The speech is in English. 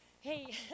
Hey